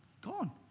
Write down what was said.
Gone